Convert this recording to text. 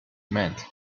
meant